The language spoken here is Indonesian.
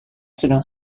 sedang